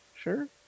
sure